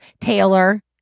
Taylor